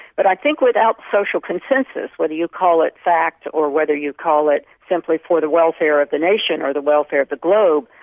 but i think without social consensus, whether you call it fact or whether you call it simply for the welfare of the nation or the welfare of the globe,